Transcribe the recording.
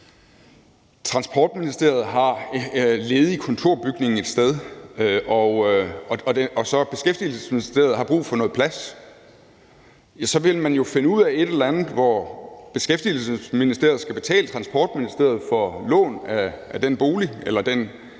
Transportministeriet har en ledig kontorbygning et sted og så Beskæftigelsesministeriet har brug for noget plads, så ville man jo finde ud af et eller andet, hvor Beskæftigelsesministeriet skal betale Transportministeriet for lån af den bolig eller den